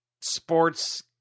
sports